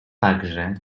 także